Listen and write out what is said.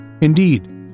Indeed